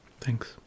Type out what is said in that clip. Thanks